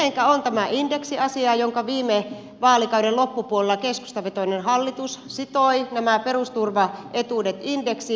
mitenkä on tämä indeksiasia kun viime vaalikauden loppupuolella keskustavetoinen hallitus sitoi nämä perusturvaetuudet indeksiin